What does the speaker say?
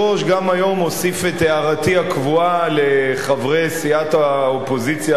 גם היום אני אוסיף את הערתי הקבועה לחברי סיעת האופוזיציה הראשית,